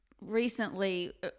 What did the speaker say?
recently